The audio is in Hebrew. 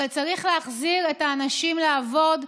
אבל צריך להחזיר את האנשים לעבוד,